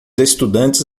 estudantes